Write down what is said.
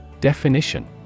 Definition